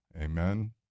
Amen